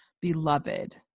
beloved